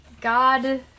God